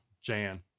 Jan